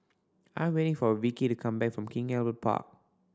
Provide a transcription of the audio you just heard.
I'm waiting for Vikki to come back from King Albert Park